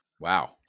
Wow